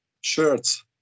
shirts